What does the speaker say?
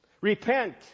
Repent